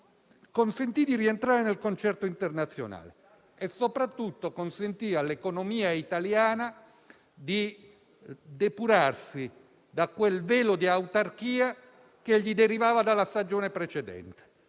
popolo: rientrare nel consesso internazionale. Soprattutto, consentì all'economia italiana di depurarsi di quel velo di autarchia che le derivava dalla stagione precedente.